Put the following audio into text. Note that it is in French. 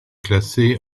classée